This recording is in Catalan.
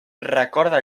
recorda